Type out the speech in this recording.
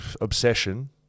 obsession